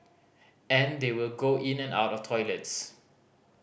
and they will go in and out of toilets